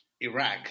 Iraq